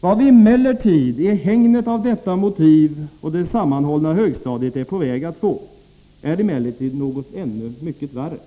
Vad vi i hägnet av detta motiv och det sammanhållna högstadiet är på väg att få är emellertid mycket värre,